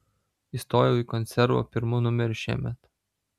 įstojau į konservą pirmu numeriu šiemet